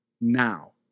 now